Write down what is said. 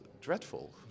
dreadful